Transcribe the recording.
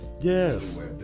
Yes